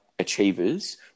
achievers